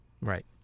Right